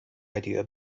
idea